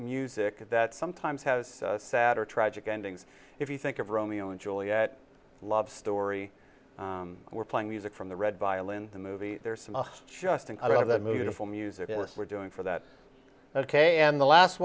music that sometimes has sad or tragic endings if you think of romeo and juliet love story we're playing music from the red violin the movie there are some of us just in that mood for music we're doing for that ok and the last